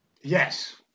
yes